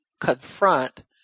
confront